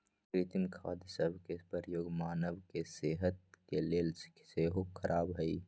कृत्रिम खाद सभ के प्रयोग मानव के सेहत के लेल सेहो ख़राब हइ